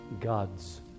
God's